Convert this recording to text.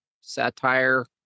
satire